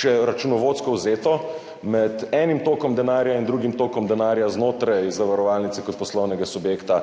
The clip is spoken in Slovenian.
če, računovodsko vzeto, med enim tokom denarja in drugim tokom denarja znotraj zavarovalnice kot poslovnega subjekta